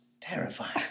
terrifying